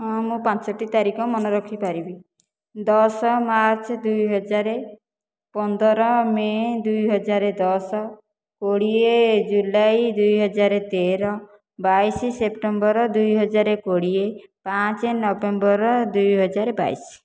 ହଁ ମୁଁ ପାଞ୍ଚଟି ତାରିଖ ମନେରଖିପାରିବି ଦଶ ମାର୍ଚ୍ଚ ଦୁଇହଜାର ପନ୍ଦର ମେ ଦୁଇହଜାର ଦଶ କୋଡ଼ିଏ ଜୁଲାଇ ଦୁଇହଜାର ତେର ବାଇଶି ସେପ୍ଟେମ୍ବର ଦୁଇହଜାର କୋଡ଼ିଏ ପାଞ୍ଚ ନଭେମ୍ବର ଦୁଇହଜାର ବାଇଶି